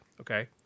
Okay